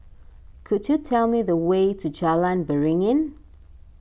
could you tell me the way to Jalan Beringin